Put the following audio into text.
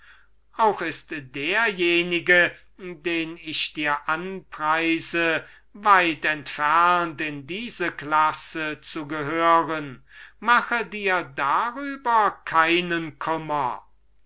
auch ist derjenige den ich dir anpreise weit entfernt in diese klasse zu gehören mache dir darüber keinen kummer